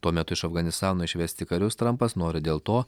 tuo metu iš afganistano išvesti karius trampas nori dėl to